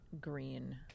green